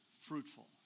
fruitful